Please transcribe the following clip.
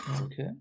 Okay